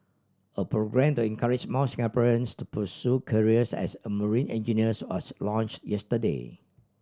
a programme to encourage more Singaporeans to pursue careers as a marine engineers was launched yesterday